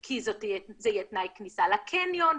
כי זה יהיה תנאי הכניסה לקניון.